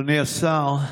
אדוני השר,